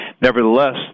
Nevertheless